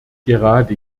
gerade